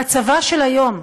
בצבא של היום,